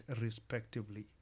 respectively